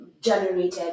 generated